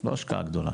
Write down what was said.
לא השקעה גדולה.